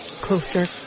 closer